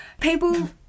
people